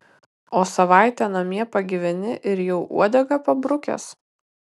o savaitę namie pagyveni ir jau uodegą pabrukęs